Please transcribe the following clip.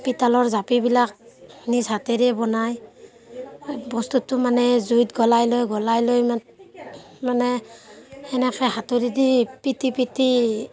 পিতলৰ জাপিবিলাক নিজ হাতেৰেই বনায় বস্তুটো মানে জুইত গলায় লৈ গলায় লৈ মাত মানে সেনেকৈ হাতুৰী দি পিটি পিটি